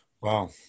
Wow